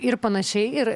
ir panašiai ir